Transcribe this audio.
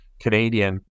Canadian